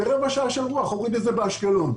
ברבע שעה הוריד את הגשם באשקלון.